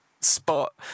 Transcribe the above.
spot